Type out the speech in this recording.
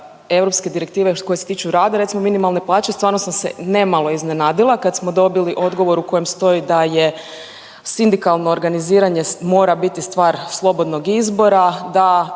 europske direktive koje se tiču rada. Recimo minimalne plaće stvarno sam se ne malo iznenadila kad smo dobili odgovor u kojem stoji da je sindikalno organiziranje mora biti stvar slobodnog izbora, da